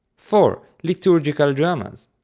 four. liturgical dramas.